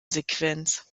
sequenz